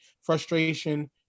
frustration